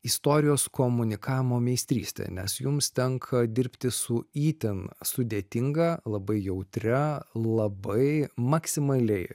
istorijos komunikavimo meistrystė nes jums tenka dirbti su itin sudėtinga labai jautria labai maksimaliai